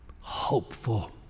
hopeful